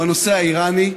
בנושא האיראני,